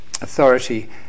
authority